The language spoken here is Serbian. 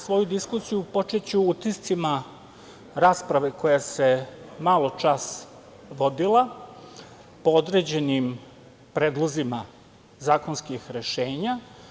Svoju diskusiju počeću utiscima rasprave koja se maločas vodila po određenim predlozima zakonskih rešenja.